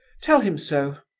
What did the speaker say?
tell him so.